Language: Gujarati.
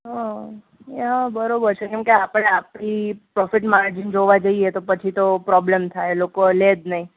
બરાબર છે કેમકે આપણે આપણી પ્રોફિટ માર્જિન જોવા જઇએ તો પછી તો પ્રોબ્લેમ થાય લોકો લે જ નહીં